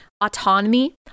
autonomy